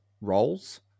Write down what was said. roles